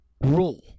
rule